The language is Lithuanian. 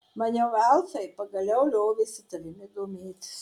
maniau elfai pagaliau liovėsi tavimi domėtis